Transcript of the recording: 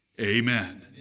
Amen